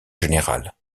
générale